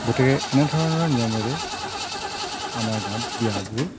গতিকে এনেধৰণৰ নিয়মেৰে আমাৰ গাঁৱত বিয়াবোৰ